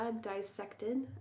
dissected